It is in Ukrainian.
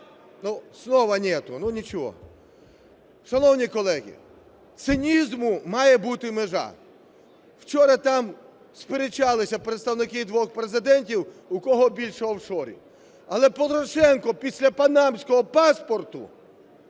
Ну, ничего. Шановні колеги, цинізму має бути межа. Вчора там сперечалися представники двох президентів, у кого більше офшорів. Але Порошенку після панамського паспорту,